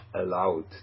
allowed